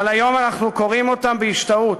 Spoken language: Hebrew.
אבל היום אנחנו קוראים אותם בהשתאות,